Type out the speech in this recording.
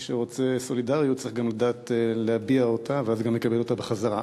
מי שרוצה סולידריות צריך גם לדעת להביע אותה ואז גם לקבל אותה בחזרה.